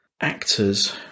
actors